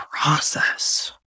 process